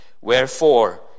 Wherefore